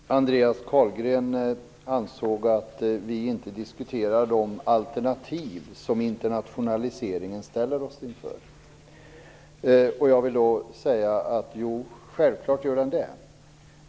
Fru talman! Andreas Carlgren ansåg att vi inte diskuterar de alternativ som internationaliseringen ställer oss inför. Självklart gör vi det.